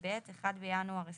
התשפ"ב (1 בינואר 2022)